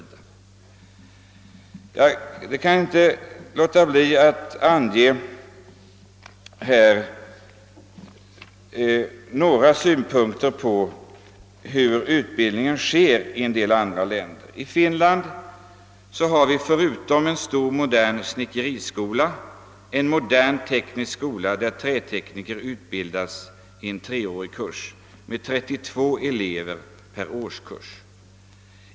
Jag kan inte underlåta att ge några exempel på hur utbildningen bedrivs i ett par andra länder. I Finland finns, förutom en stor, modern snickeriskola, en modern teknisk skola, där trätekniker utbildas i en treårig kurs med 32 elever per årskurs.